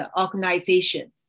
organization